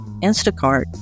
Instacart